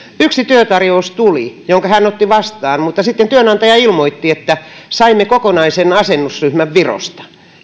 yksi työtarjous tuli jonka hän otti vastaan mutta sitten työnantaja ilmoitti että saimme kokonaisen asennusryhmän virosta